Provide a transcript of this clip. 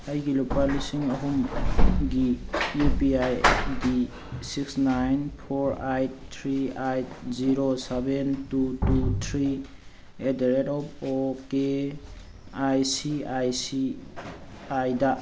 ꯑꯩꯒꯤ ꯂꯨꯄꯥ ꯂꯤꯁꯤꯡ ꯑꯍꯨꯝꯒꯤ ꯌꯨ ꯄꯤ ꯑꯥꯏ ꯒꯤ six nine four eight three eight zero seven two two three eight the rate of okay I C I C I the